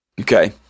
Okay